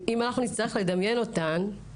אם אנחנו נצטרך לדמיין אותן,